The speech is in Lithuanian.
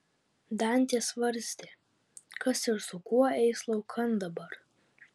dantė svarstė kas ir su kuo eis laukan dabar